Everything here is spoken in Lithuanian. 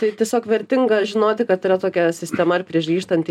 tai tiesiog vertinga žinoti kad yra tokia sistema ar prieš grįžtant į